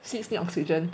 seeds need oxygen